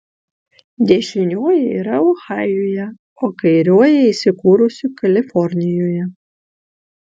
dešinioji yra ohajuje o kairioji įsikūrusi kalifornijoje